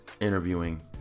interviewing